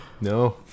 no